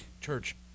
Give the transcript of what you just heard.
church